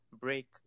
break